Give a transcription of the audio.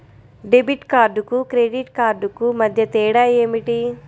Debit కార్డుకు credit కార్డుకు మధ్య తేడా ఏమిటీ?